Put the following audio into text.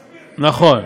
תסביר, כן?